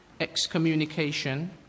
excommunication